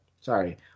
sorry